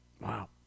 Wow